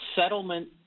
settlement